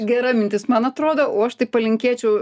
gera mintis man atrodo o aš tai palinkėčiau